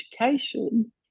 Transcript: education